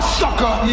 sucker